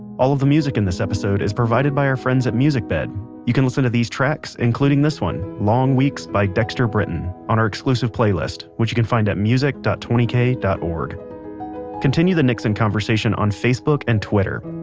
all of the music in this episode is provided by our friends at musicbed. you can listen to these tracks, including this one, long weeks by dexter britain, on our exclusive playlist which you can find at music dot twenty k dot org continue the nixon conversation on facebook and twitter.